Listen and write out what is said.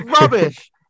rubbish